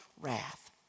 wrath